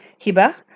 Hiba